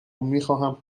میخواهم